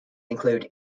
include